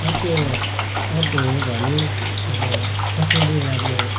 अर्को अर्को हो भने अब कसैले अब